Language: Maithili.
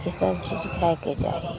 ई सबचीज खाइके चाही